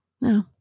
No